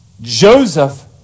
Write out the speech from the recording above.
Joseph